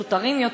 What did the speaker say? זוטרים יותר,